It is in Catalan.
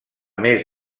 més